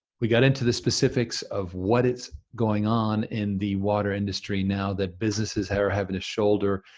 we got into the specifics of what is going on in the water industry, now that businesses are having a shoulder,